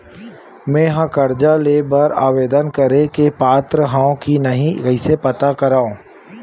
मेंहा कर्जा ले बर आवेदन करे के पात्र हव की नहीं कइसे पता करव?